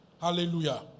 Hallelujah